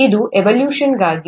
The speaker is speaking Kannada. ಇದು ಇವಾಲ್ವೇಷನ್ಗಾಗಿ